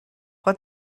what